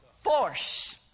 force